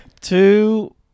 Two